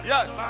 Yes